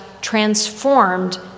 transformed